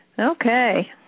Okay